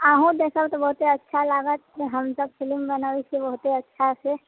अहुँ देखब तऽ बहुते अच्छा लागत हमसब फिलिम बनाबै छियै बहुते अच्छा से